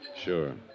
Sure